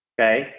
Okay